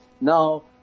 Now